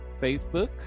facebook